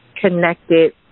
connected